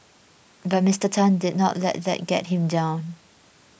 but Mister Tan did not let that get him down